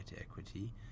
equity